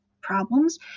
problems